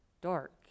dark